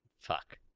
Fuck